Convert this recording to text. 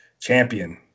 Champion